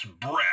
breath